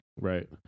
Right